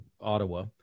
ottawa